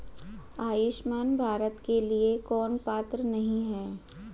आयुष्मान भारत के लिए कौन पात्र नहीं है?